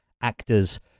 actors